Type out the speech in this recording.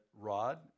Rod